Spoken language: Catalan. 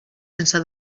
sense